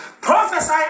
Prophesy